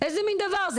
איזה מין דבר זה.